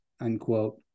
unquote